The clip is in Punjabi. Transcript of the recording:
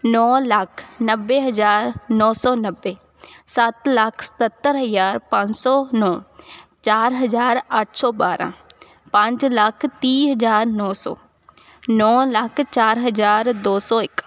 ਨੌ ਲੱਖ ਨੱਬੇ ਹਜ਼ਾਰ ਨੌ ਸੌ ਨੱਬੇ ਸੱਤ ਲੱਖ ਸਤੱਤਰ ਹਜ਼ਾਰ ਪੰਜ ਸੌ ਨੌ ਚਾਰ ਹਜ਼ਾਰ ਅੱਠ ਸੌ ਬਾਰ੍ਹਾਂ ਪੰਜ ਲੱਖ ਤੀਹ ਹਜ਼ਾਰ ਨੌ ਸੌ ਨੌ ਲੱਖ ਚਾਰ ਹਜ਼ਾਰ ਦੋ ਸੌ ਇੱਕ